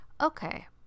okay